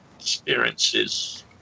experiences